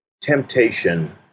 temptation